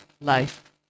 life